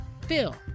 Phil